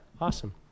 Awesome